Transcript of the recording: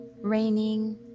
raining